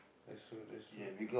that's true that's true